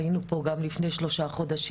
אנחנו היינו פה גם לפני שלושה חודשים.